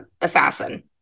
assassin